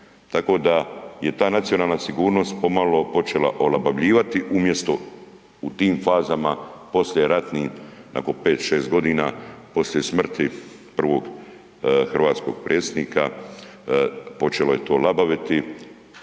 tako da je ta nacionalna sigurnost pomalo počela olabavljivati umjesto u tim fazama poslijeratnim nakon 5, 6 g. poslije smrti prvog hrvatskog Predsjednika, počelo je to labaviti